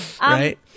Right